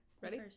Ready